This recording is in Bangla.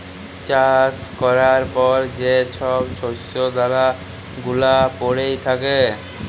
চাষ ক্যরার পর যে ছব শস্য দালা গুলা প্যইড়ে থ্যাকে